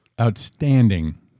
outstanding